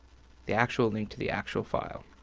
the actual link to the actual file.